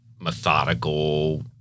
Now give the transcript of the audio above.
methodical